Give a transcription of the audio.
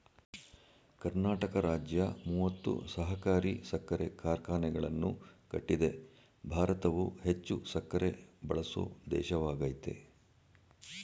ಕರ್ನಾಟಕ ರಾಜ್ಯ ಮೂವತ್ತು ಸಹಕಾರಿ ಸಕ್ಕರೆ ಕಾರ್ಖಾನೆಗಳನ್ನು ಕಟ್ಟಿದೆ ಭಾರತವು ಹೆಚ್ಚು ಸಕ್ಕರೆ ಬಳಸೋ ದೇಶವಾಗಯ್ತೆ